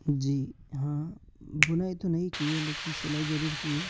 जी हाँ बुनाई तो नही की है लेकिन सिलाई जरुर की है